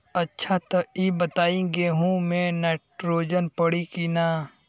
अच्छा त ई बताईं गेहूँ मे नाइट्रोजन पड़ी कि ना?